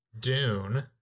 Dune